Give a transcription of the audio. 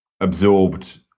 absorbed